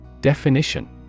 Definition